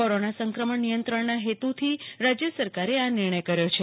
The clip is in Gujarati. કોરોના સંક્રમણ નિયંત્રણ ના હેતુથી રાજ્ય સરકારે આ નિર્ણય કર્યો છે